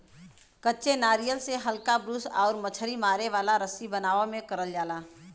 कच्चे नारियल से हल्का ब्रूस आउर मछरी मारे वाला रस्सी बनावे में करल जाला